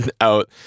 out